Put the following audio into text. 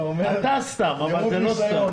אתה סתם, אבל זה לא סתם.